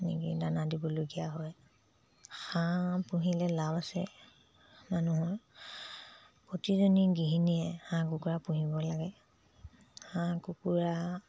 এনেকেই দানা দিবলগীয়া হয় হাঁহ পুহিলে লাভ আছে মানুহৰ প্ৰতিজনী গৃহিণীয়ে হাঁহ কুকুৰা পুহিব লাগে হাঁহ কুকুৰা